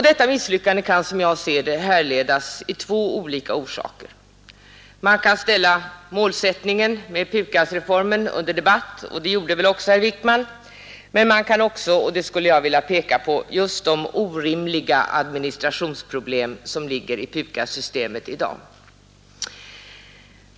Detta misslyckande kan, som jag ser det, härledas till två olika orsaker. Man kan ställa målsättningen med PUKAS-reformen under debatt, och det gjorde väl herr Wijkman, men man kan också — och det skulle jag vilja göra — peka på just de orimliga administrationsproblem som ligger i PUKAS-systemet i dag.